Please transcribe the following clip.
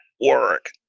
work